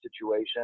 situation